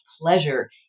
pleasure